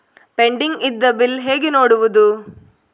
Pending ಇದ್ದ bill ಹೇಗೆ ನೋಡುವುದು?